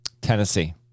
Tennessee